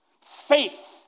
Faith